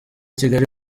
kigali